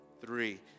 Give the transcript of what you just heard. Three